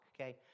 okay